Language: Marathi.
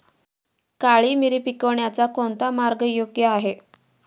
काळी मिरी पिकवण्याचा कोणता मार्ग योग्य आहे?